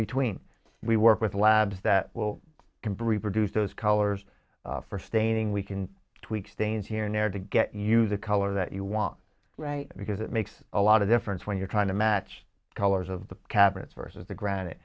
between we work with labs that can bring produce those colors for staining we can tweak stains here and there to get you the color that you want right because it makes a lot of difference when you're trying to match colors of the cabinets versus the granite